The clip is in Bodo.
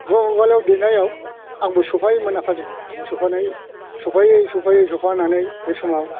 बाव उवालाव देनायाव आंबो सौफायोमोन आफाजों आंबो सौफानाय सौफायै सौफायै सौफानानै बे समाव